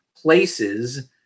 places